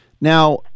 Now